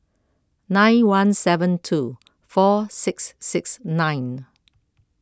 nine one seven two four six six nine